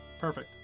Perfect